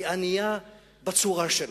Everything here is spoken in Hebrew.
ענייה בצורה שלה.